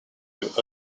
with